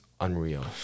unreal